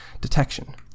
detection